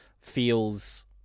feels